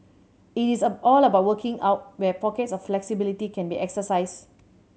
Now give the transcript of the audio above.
it is all about working out where pockets of flexibility can be exercised